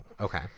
Okay